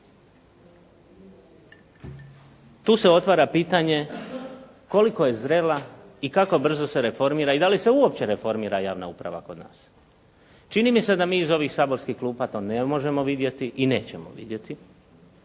Tu se otvara pitanje koliko je zrela i kako brzo se reformira i da li se uopće reformira javna uprava kod nas? Čini mi se da mi iz ovih saborskih klupa to ne možemo vidjeti i nećemo vidjeti